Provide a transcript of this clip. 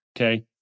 Okay